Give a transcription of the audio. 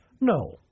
No